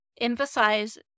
emphasize